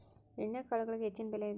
ಎಣ್ಣಿಕಾಳುಗಳಿಗೆ ಹೆಚ್ಚಿನ ಬೆಲೆ ಇದೆ